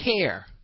care